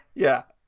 yeah,